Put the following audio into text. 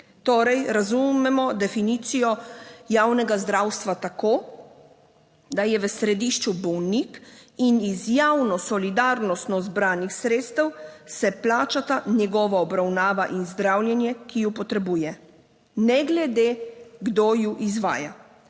Torej razumemo definicijo javnega zdravstva tako, da je v središču bolnik in iz javno solidarnostno zbranih sredstev se plačata njegova obravnava in zdravljenje, ki ju potrebuje, ne glede kdo ju izvaja.